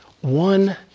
One